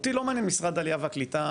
אותי לא מעניין משרד העלייה והקליטה,